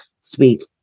speak